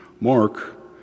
Mark